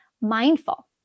mindful